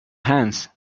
hands